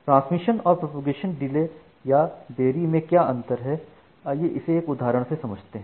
transmission और propagation देरी या डिले में क्या अंतर है आइए इसे एक उदाहरण से समझते हैं